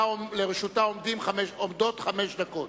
לרשותה עומדות חמש דקות.